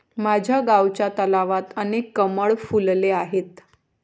माझ्या गावच्या तलावात अनेक कमळ फुलले आहेत